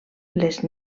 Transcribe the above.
les